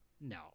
No